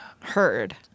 Heard